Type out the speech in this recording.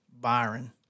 Byron